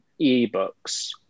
ebooks